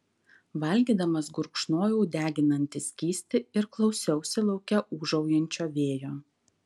valgydamas gurkšnojau deginantį skystį ir klausiausi lauke ūžaujančio vėjo